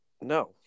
No